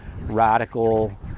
radical